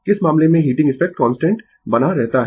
किस मामले में हीटिंग इफेक्ट कांस्टेंट बना रहता है